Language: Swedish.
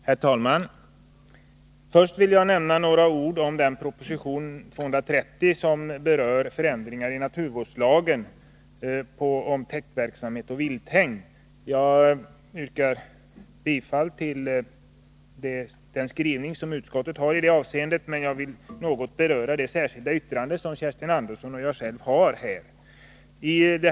Herr talman! Först vill jag säga några ord om den proposition, 1981/82:220, som berör förändringar i naturvårdslagen när det gäller täktverksamhet och vilthägn. Jag yrkar bifall till utskottets skrivning i detta avseende, men jag vill något beröra det särskilda yttrande som Kerstin Andersson och jag har avgivit.